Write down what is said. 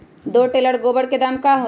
दो टेलर गोबर के दाम का होई?